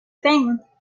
thing